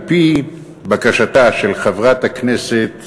על-פי בקשתה של חברת הכנסת